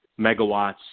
megawatts